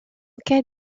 cas